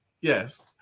Yes